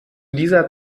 dieser